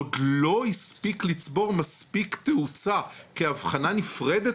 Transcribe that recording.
עוד לא הספיק לצבור מספיק תאוצה כאבחנה נפרדת